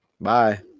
Bye